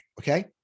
okay